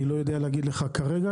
אני לא יודע להגיד לך כרגע,